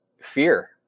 fear